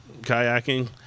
kayaking